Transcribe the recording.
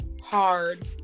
hard